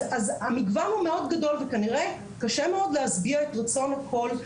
אז המגוון הוא מאוד גדול וכנראה קשה מאוד להשביע את רצון הכול,